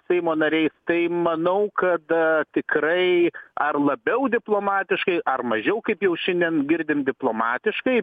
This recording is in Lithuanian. seimo nariais tai manau kada tikrai ar labiau diplomatiškai ar mažiau kaip jau šiandien girdim diplomatiškai